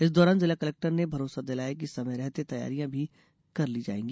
इस दौरान जिला कलेक्टर ने भरोसा दिलाया कि समय रहते तैयारियां भी कर ली जायेंगी